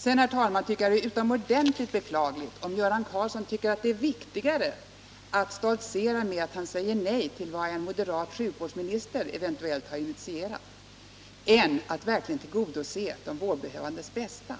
Sedan, herr talman, tycker jag att det är utomordentligt beklagligt om Göran Karlsson anser det viktigare att stoltsera med att han säger nej till vad en moderat sjukvårdsminister eventuellt har initierat än att verkligen tillgodose de vårdbehövandes bästa.